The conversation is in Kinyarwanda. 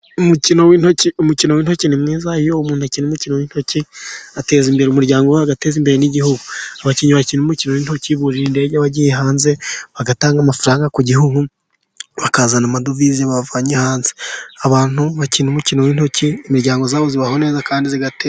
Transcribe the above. umukino w'intoki ni mwiza, iyo umuntu akina umukino w'intoki ateza imbere umuryango, agateza imbere igihugu. Abakinnyi bakina umukino w'intoki burira indege bagiye hanze, bagatanga amafaranga ku gihugu, bakazana amadovize bavanye hanze. Abantu bakina umukino w'intoki imiryango yabo ibaho neza, kandi igatera imbere.